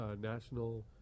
National